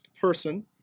person